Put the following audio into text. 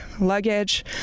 luggage